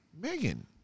Megan